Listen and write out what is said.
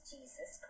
Jesus